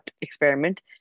experiment